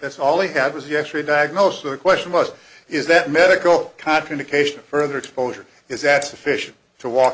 that's all they had was yesterday diagnosed the question was is that medical contraindication further exposure is that sufficient to walk